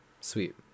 Sweet